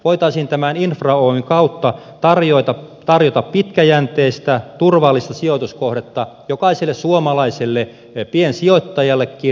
voitaisiin tämän infra oyn kautta tarjota pitkäjänteistä turvallista sijoituskohdetta jokaiselle suomalaiselle piensijoittajallekin